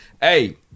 Hey